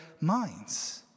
minds